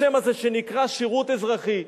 בשם הזה שנקרא "שירות אזרחי".